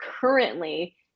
currently